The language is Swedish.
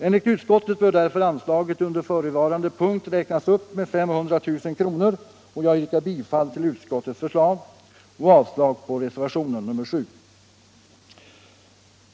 Enligt utskottet bör därför anslaget under förevarande punkt räknas upp med 500 000 kr., och jag yrkar bifall till utskottets förslag och avslag på reservationen 7.